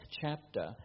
chapter